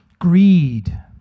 greed